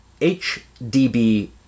HDB